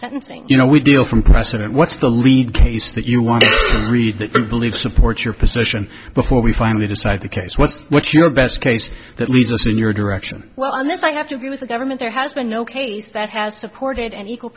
sentencing you know we do know from precedent what's the lead case that you want to read and believe supports your position before we finally decide the case what's what's your best case that leads us in your direction well on this i have to agree with the government there has been no case that has supported an equal